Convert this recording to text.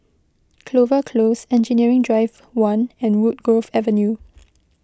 Clover Close Engineering Drive one and Woodgrove Avenue